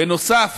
בנוסף,